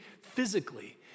physically